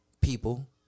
people